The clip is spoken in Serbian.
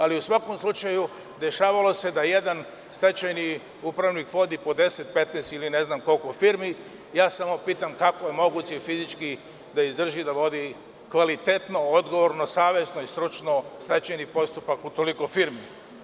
Ali, u svakom slučaju, dešavalo se da jedan stečajni upravnik vodi po 10, 15 ili ne znam koliko firmi i ja samo pitam kako je moguće fizički da izdrži da vodi kvalitetno, odgovorno, savesno i stručno stečajni postupak u toliko firmi?